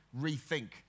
rethink